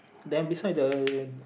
then beside the